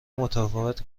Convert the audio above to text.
متفاوت